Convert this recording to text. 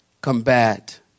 combat